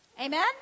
Amen